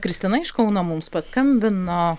kristina iš kauno mums paskambino